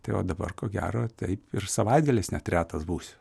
tai o dabar ko gero taip ir savaitgaliais net retas būsiu